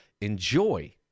enjoy